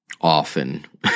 often